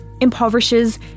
impoverishes